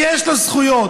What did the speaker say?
כי יש לו זכויות,